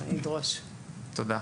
תודה.